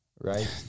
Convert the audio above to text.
right